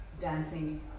dancing